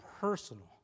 personal